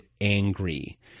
angry